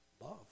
Love